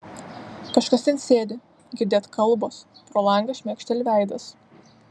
kažkas ten sėdi girdėt kalbos pro langą šmėkšteli veidas